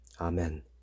Amen